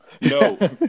No